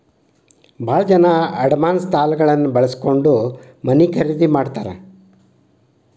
ಭಾಳ ಜನ ಅಡಮಾನ ಸಾಲಗಳನ್ನ ಬಳಸ್ಕೊಂಡ್ ಮನೆ ಖರೇದಿ ಮಾಡ್ತಾರಾ